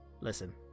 Listen